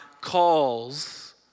calls